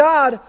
God